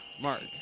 Mark